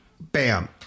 bam